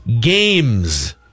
Games